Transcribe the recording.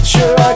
Sure